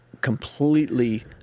completely